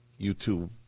YouTube